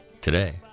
today